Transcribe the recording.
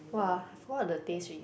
!wah! what are the taste